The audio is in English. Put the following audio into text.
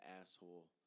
asshole